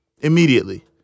Immediately